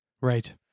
Right